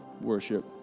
worship